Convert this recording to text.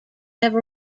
have